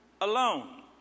alone